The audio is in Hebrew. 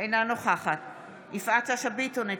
אינה נוכחת יפעת שאשא ביטון,